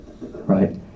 Right